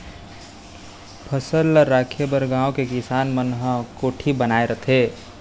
फसल ल राखे बर गाँव के किसान मन ह कोठी बनाए रहिथे